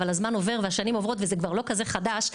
אבל הזמן עובר והשנים עוברות וזה כבר לא כזה חדש,